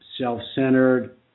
self-centered